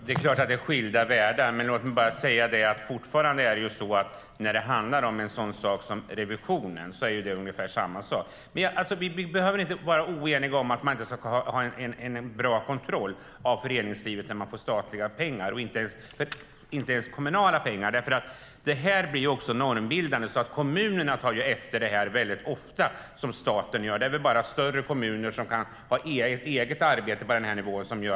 Herr talman! Det är klart att det är skilda världar, men när det handlar om revisionen är det fortfarande ungefär samma sak. Vi behöver inte vara oeniga om att det ska vara en bra kontroll av föreningslivet när de får statliga pengar. Det som staten gör blir normbildande, och kommunerna tar ofta efter. Det är väl bara större kommuner som kan ha ett eget arbete på den här nivån.